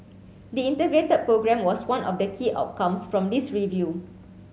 the Integrated Programme was one of the key outcomes from this review